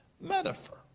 metaphor